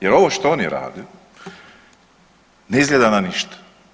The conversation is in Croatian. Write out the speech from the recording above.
Jer ovo što oni rade ne izgleda na ništa.